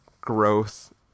growth